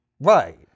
Right